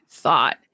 thought